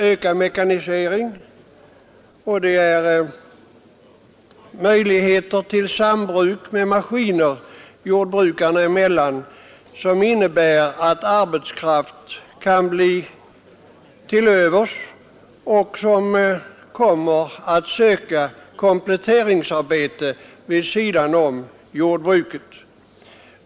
Ökad mekanisering och möjligheter till sambruk med maskiner jordbrukarna emellan innebär att arbetskraft kan bli över och att denna arbetskraft kommer att söka kompletteringsarbete vid sidan om jordbruket.